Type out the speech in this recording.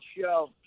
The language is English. show